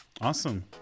Awesome